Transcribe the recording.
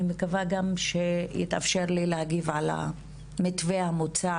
אני מקווה גם שיתאפשר לי להגיב על המתווה המוצע,